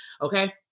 Okay